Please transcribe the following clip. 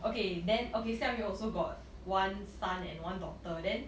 okay then okay Xiang Yun also got one son and one daughter then